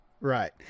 Right